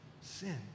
sin